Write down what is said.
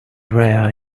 rare